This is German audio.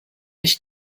nicht